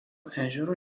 ežero